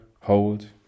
hold